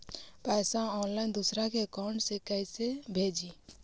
पैसा ऑनलाइन दूसरा के अकाउंट में कैसे भेजी?